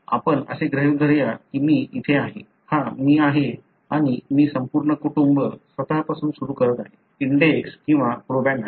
आपण असे गृहीत धरूया की मी इथे आहे हा मी आहे आणि मी संपूर्ण कुटुंब स्वतःपासून सुरू करत आहे इंडेक्स किंवा प्रोबँड आहे